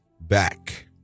back